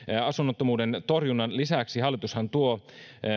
asunnottomuuden torjunnan lisäksi hallitushan tuo